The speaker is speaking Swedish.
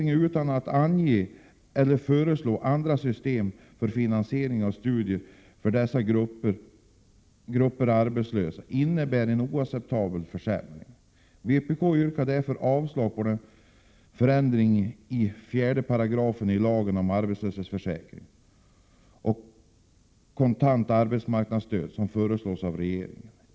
Om man inte anger eller föreslår andra system för finansiering av studier för dessa grupper arbetslösa innebär denna förändring en oacceptabel försämring. Vpk yrkar därför avslag på de Prot. 1987/88:136 förändringar som föreslås av regeringen i 4 §i lagen om arbetslöshetsförsäk 8 juni 1988 ring och i 4 § i lagen om kontant arbetsmarknadsstöd.